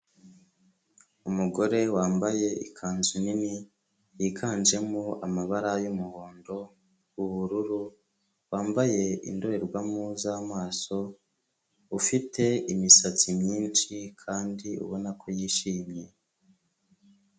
Umugore wambaye ikanzu nini yiganjemo amabara y'umuhondo, ubururu wambaye indorerwamo z'amaso ufite imisatsi myinshi kandi ubona ko yishimye.